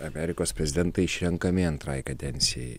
amerikos prezidentai išrenkami antrai kadencijai